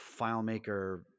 FileMaker